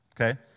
Okay